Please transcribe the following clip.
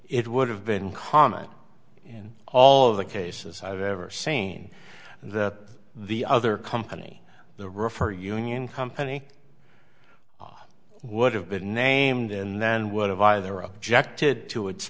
it would have been common in all of the cases i've ever seen that the other company the refer union company would have been named and then would have either objected to its